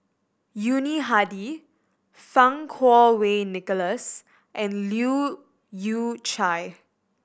Yuni Hadi Fang Kuo Wei Nicholas and Leu Yew Chye